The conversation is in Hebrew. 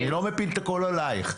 אני לא מפיל הכול עלייך.